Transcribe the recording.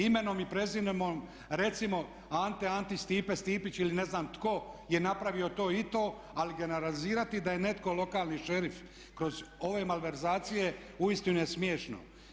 Imenom i prezimenom recimo Ante Antić, Stipe Stipić ili ne znam tko je napravio to i to, ali generalizirati da je netko lokalni šerif kroz ove malverzacije uistinu je smiješno.